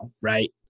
right